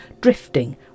drifting